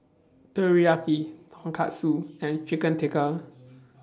Teriyaki Tonkatsu and Chicken Tikka